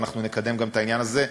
ונקדם גם את העניין הזה,